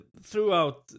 throughout